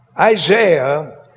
Isaiah